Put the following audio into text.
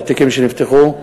התיקים שנפתחו,